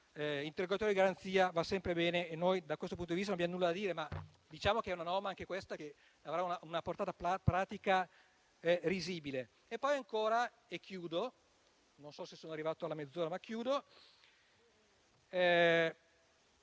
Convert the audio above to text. l'interrogatorio di garanzia va sempre bene e noi da questo punto di vista non abbiamo nulla da dire. Diciamo però che anche questa è una norma che avrà una portata pratica risibile.